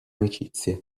amicizia